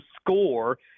score